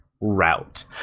route